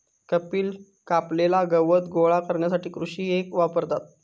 कपिल कापलेला गवत गोळा करण्यासाठी कृषी रेक वापरता